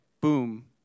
boom